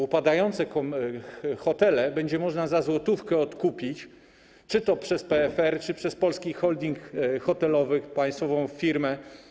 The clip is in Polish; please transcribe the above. Upadające hotele będzie można za złotówkę odkupić czy przez PFR, czy przez Polski Holding Hotelowy - państwową firmę.